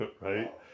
right